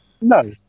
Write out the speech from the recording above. No